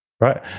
right